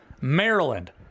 Maryland